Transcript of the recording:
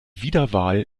wiederwahl